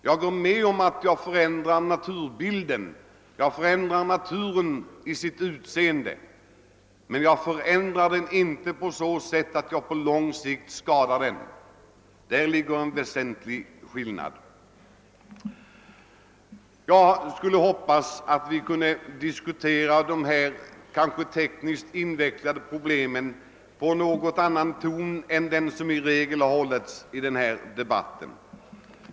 Jag medger att naturens utseende ändras men gör det inte på så sätt att den på lång sikt skadas. Där finns en väsentlig skillnad. Jag hoppas att vi kunde diskutera dessa tekniskt invecklade problem med en något annan ton än den som i regel använts i denna debatt.